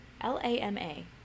l-a-m-a